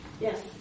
Yes